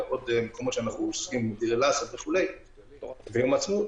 מקומות שאנחנו עוסקים בהם כמו דיר אל אסד ויום העצמאות